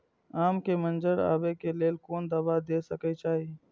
आम के मंजर आबे के लेल कोन दवा दे के चाही?